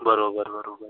बरोबर बरोबर